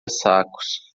sacos